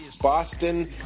Boston